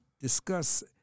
discuss